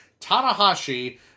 Tanahashi